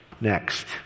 next